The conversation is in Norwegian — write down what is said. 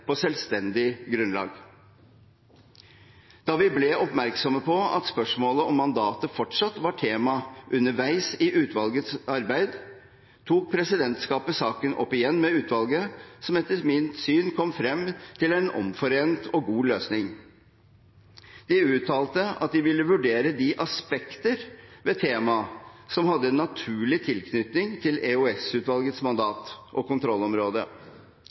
på selvstendig grunnlag. Da vi ble oppmerksom på at spørsmålet om mandatet fortsatt var tema, underveis i utvalgets arbeid, tok presidentskapet saken opp igjen med utvalget, som etter mitt syn kom frem til en omforent og god løsning. De uttalte at de ville vurdere de aspektene ved temaet som hadde naturlig tilknytning til EOS-utvalgets mandat og kontrollområde.